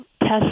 test